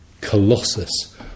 colossus